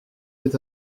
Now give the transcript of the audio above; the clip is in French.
est